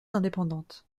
indépendante